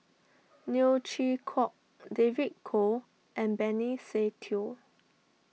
Neo Chwee Kok David Kwo and Benny Se Teo